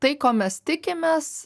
tai ko mes tikimės